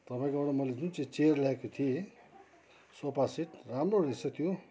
तपाईँकोबाट मैले जुन चाहिँ चियर ल्याएको थिएँ सोफा सेट राम्रो रहेछ त्यो